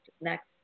next